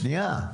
שנייה,